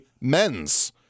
men's